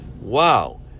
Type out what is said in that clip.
wow